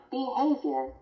Behavior